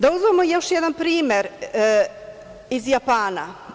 Da uzmemo još jedan primer iz Japana.